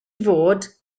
fod